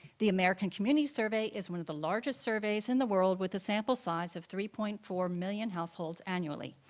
the american communities survey is one of the largest surveys in the world with a sample size of three point four million households annually.